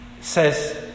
says